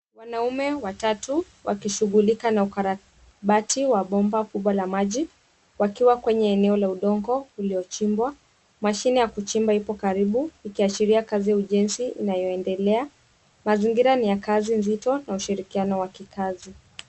Wanaume watatu wakishughulika na ukarabati wa bomba kubwa la maji wakiwa kwenye eneo la udongo uliochimbwa mashini ya kuchimba iko karibu ikiaashiria ujenzi inayoendelea. Mazingira ni ya kazi nzito na ushirikiano wa kikazi